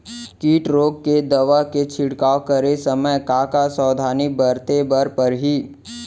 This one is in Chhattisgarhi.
किट रोके के दवा के छिड़काव करे समय, का का सावधानी बरते बर परही?